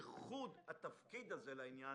ייחוד התפקיד הזה לעניין